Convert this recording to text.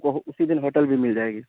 اسی دن ہوٹل بھی مل جائے گی